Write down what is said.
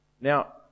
Now